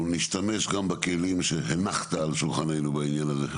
אנחנו נשתמש גם בכלים שהנחת על שולחננו בעניין הזה.